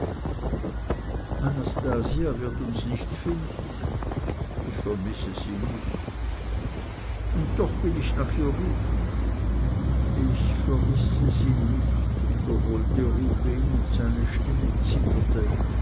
wird uns nicht finden ich vermisse sie nicht und doch will ich nach ihr rufen ich vermisse sie nicht wiederholte rubehn und seine stimme zitterte